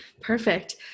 perfect